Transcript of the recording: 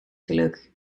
geluk